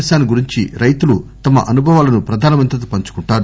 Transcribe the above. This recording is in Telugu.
కిసాన్ గురించి రైతులు తమ అనుభవాలను ప్రధానమంత్రితో పంచుకొంటారు